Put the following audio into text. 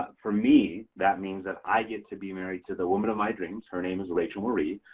but for me that means that i get to be married to the woman of my dreams. her name is rachael marie.